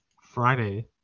Friday